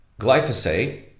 glyphosate